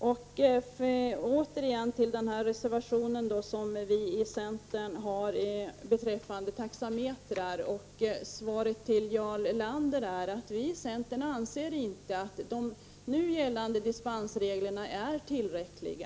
Så åter till centerns reservation beträffande taxametrar. Svaret till Jarl Lander är att vi i centern inte anser att de nu gällande dispensreglerna är tillräckliga.